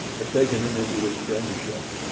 had taken him into his friendship,